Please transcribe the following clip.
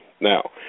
Now